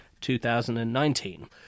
2019